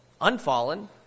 unfallen